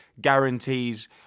guarantees